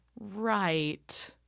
Right